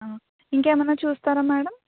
ఇంకేమైనా చూస్తారా మేడం